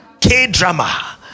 K-drama